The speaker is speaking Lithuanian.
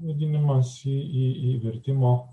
vadinimas į į vertimo